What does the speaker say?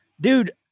dude